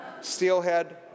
steelhead